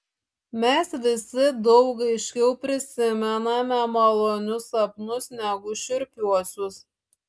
mes visi daug aiškiau prisimename malonius sapnus negu šiurpiuosius